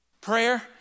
Prayer